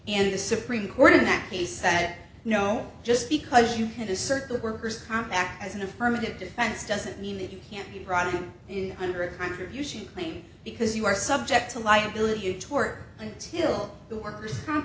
and the supreme court in that case said no just because you can't assert the worker's comp act as an affirmative defense doesn't mean that you can't be brought in under a contribution claim because you are subject to liability or tort until the worker's comp